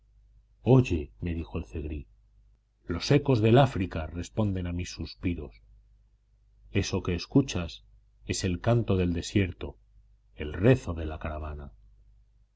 oye me dijo el zegrí los ecos del áfrica responden a mis suspiros eso que escuchas es el canto del desierto el rezo de la caravana